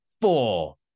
four